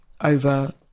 over